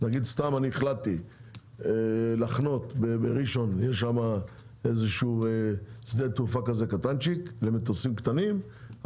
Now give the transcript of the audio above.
נניח שהחלטתי לחנות בראשון לציון כי יש שם שדה תעופה קטן למטוסים קטנים,